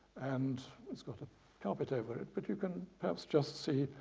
and it's got a carpet over it, but you can perhaps just see,